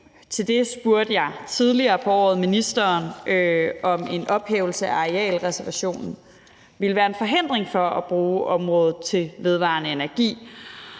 Til det spurgte jeg tidligere på året ministeren, om en ophævelse af arealreservationen ville være en forhindring for at bruge området til vedvarende energi,